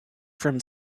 from